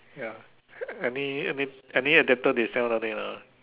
ya any any any adapter they sell down there lah